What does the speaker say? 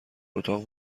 اتاق